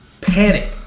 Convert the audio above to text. Panic